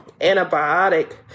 antibiotic